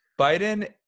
Biden